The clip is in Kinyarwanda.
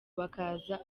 bakaza